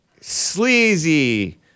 sleazy